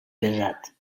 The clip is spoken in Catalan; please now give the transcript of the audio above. pesat